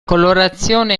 colorazione